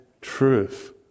truth